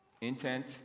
intent